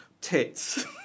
tits